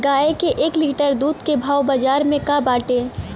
गाय के एक लीटर दूध के भाव बाजार में का बाटे?